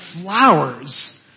flowers